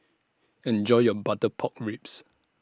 Enjoy your Butter Pork Ribs